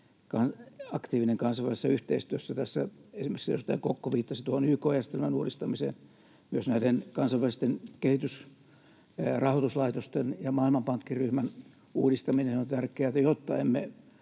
aktiivinen kansainvälisessä yhteistyössä. Tässä esimerkiksi edustaja Kokko viittasi tuohon YK-järjestelmän uudistamiseen. Myös kansainvälisten kehitysrahoituslaitosten ja Maailmanpankkiryhmän uudistaminen on tärkeää, jotta emme